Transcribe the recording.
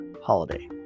holiday